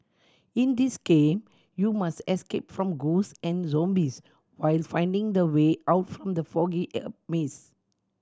in this game you must escape from ghost and zombies while finding the way out from the foggy maze